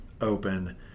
open